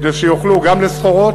כדי שיוכלו, גם לסחורות,